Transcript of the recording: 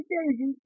Daisy